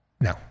No